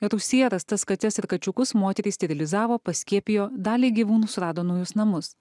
rūsyje rastas kates ir kačiukus moterys sterilizavo paskiepijo daliai gyvūnų surado naujus namus